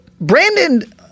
Brandon